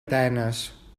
atenes